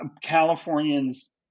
Californians